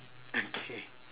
okay